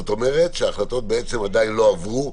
וזה אומר שההחלטות עדיין לא עברו.